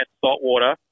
saltwater